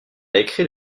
écrit